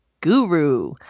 Guru